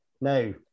Now